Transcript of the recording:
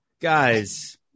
Guys